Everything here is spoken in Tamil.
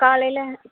காலையில்